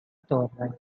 torre